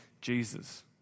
Jesus